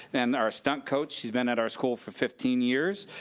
and our stunt coach, she's been at our school for fifteen years.